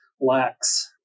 lacks